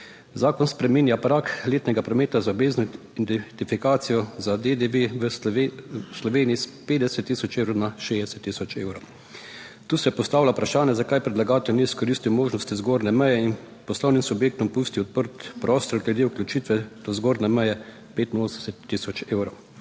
Zakon spreminja prag letnega prometa za obvezno identifikacijo za DDV v Sloveniji s 50 tisoč evrov na 60 tisoč evrov. Tu se postavlja vprašanje, zakaj predlagatelj ni izkoristil možnosti zgornje meje in poslovnim subjektom pustil odprt prostor glede vključitve do zgornje meje 85 tisoč evrov.